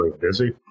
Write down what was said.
busy